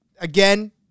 again